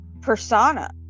persona